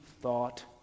thought